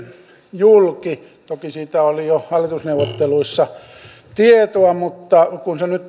julki toki siitä oli jo hallitusneuvotteluissa tietoa mutta kun kun se nyt